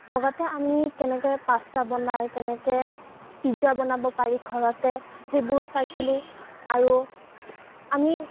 লগতে আমি কেনেকৈ পাছ্টা বনায় কেনেকৈ পিজা বনাব পাৰি ঘৰতে সেইবোৰো চাইছিলোঁ আৰু আমি